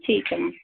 ਠੀਕ ਐ ਮੈਮ